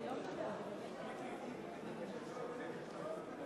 מי השר התורן עכשיו?